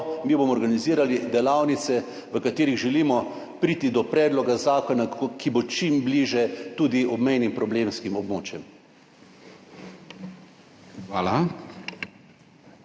Mi bomo organizirali delavnice, v katerih želimo priti do predloga zakona, ki bo čim bližje tudi obmejnim problemskim območjem.